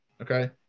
okay